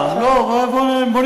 אה, לא, בוא נתקדם.